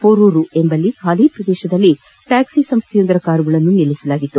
ಪೊರೂರು ಎಂಬಲ್ಲಿನ ಬಾಲಿ ಪ್ರದೇಶದಲ್ಲಿ ಟ್ಯಾಕ್ಲಿ ಸಂಸ್ಥೆಯೊಂದರ ಕಾರುಗಳನ್ನು ನಿಲ್ಲಿಸಲಾಗಿತ್ತು